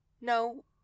No